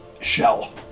shell